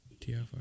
TFR